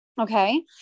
Okay